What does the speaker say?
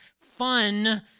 fun